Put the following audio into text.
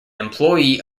employee